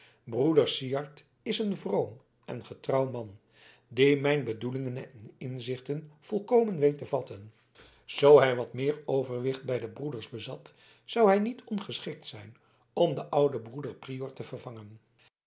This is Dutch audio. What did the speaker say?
broeder syard is een vroom en getrouw man die mijn bedoelingen en inzichten volkomen weet te vatten zoo hij wat meer overwicht bij de broeders bezat zou hij niet ongeschikt zijn om den ouden broeder prior te vervangen